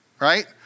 Right